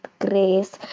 grace